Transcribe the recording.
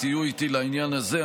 תהיו איתי בקשר לעניין הזה.